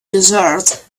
desert